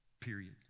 period